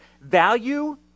Value